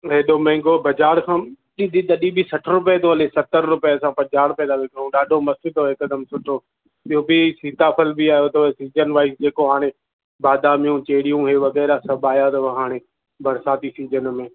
हेॾो महांगो बज़ार खां तॾहिं बि सठि रुपिये थो हले सतरि रुपिये खां पंजाह रुपिये था विकणऊं ॾाढो मस्तु अथव हिकदमि सुठो ॿियो बि सीताफल बि आयो अथव सीज़न वाइस जेको हाणे बादामियूं चैरियूं हे वग़ैरह सभु आया अथव हाणे बरसाती सीज़न में